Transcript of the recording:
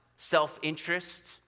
Self-interest